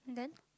and then